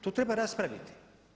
To treba raspraviti.